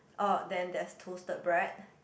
um then there's toasted bread